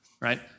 right